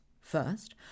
First